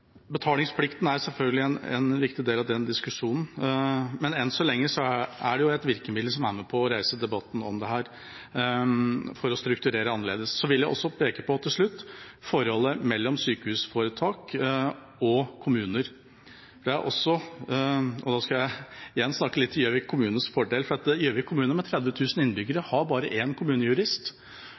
Betalingsplikten er selvfølgelig en viktig del av den diskusjonen, men enn så lenge er det et virkemiddel som er med på å reise debatten om dette, for å strukturere annerledes. Til slutt vil jeg også peke på forholdet mellom sykehusforetak og kommuner. Da skal jeg igjen snakke litt til Gjøvik kommunes fordel, for Gjøvik kommune, med 30 000 innbyggere, har bare én kommunejurist.